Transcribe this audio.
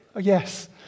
Yes